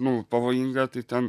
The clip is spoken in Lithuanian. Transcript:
nu pavojinga tai ten